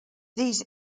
these